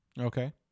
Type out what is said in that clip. Okay